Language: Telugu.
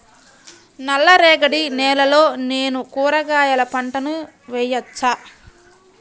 నల్ల రేగడి నేలలో నేను కూరగాయల పంటను వేయచ్చా?